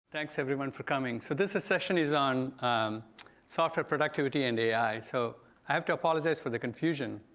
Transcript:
thanks everyone for coming. so this session is on software productivity and ai. so i have to apologize for the confusion.